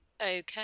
Okay